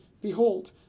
Behold